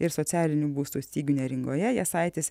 ir socialinių būstų stygių neringoje jasaitis